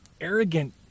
arrogant